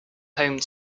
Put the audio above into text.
home